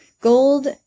gold